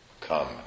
come